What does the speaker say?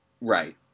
Right